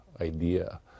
idea